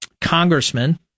congressman –